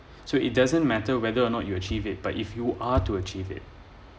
so it doesn't matter whether or not you achieve it but if you are to achieve it